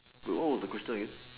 wait what was the question again